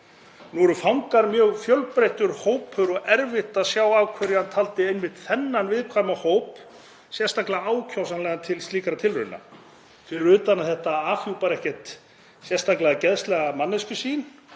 Nú eru fangar mjög fjölbreyttur hópur og erfitt að sjá af hverju hann taldi einmitt þennan viðkvæma hóp sérstaklega ákjósanlegan til slíkra tilrauna, fyrir utan að þetta afhjúpar ekkert sérstaklega geðslega manneskjusýn